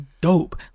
dope